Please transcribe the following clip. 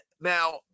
now